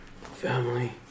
Family